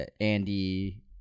Andy